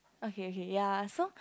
okay okay ya so